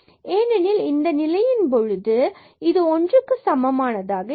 ஏனெனில் இந்த நிலையின் பொழுதும் இது ஒன்றுக்கு சமமானதாக இல்லை